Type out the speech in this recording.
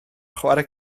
chwarae